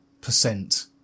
percent